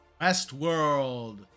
Westworld